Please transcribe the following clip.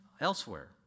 elsewhere